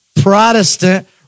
Protestant